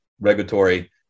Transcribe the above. regulatory